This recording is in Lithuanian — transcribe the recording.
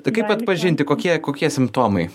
tai kaip atpažinti kokie kokie simptomai